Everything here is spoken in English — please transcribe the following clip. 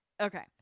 okay